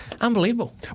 unbelievable